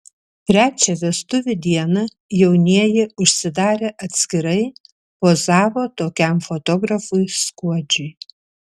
trečią vestuvių dieną jaunieji užsidarę atskirai pozavo tokiam fotografui skuodžiui